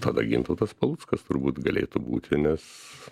tada gintautas paluckas turbūt galėtų būti nes